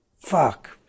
Fuck